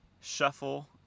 shuffle